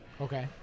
Okay